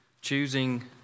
Choosing